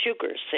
sugars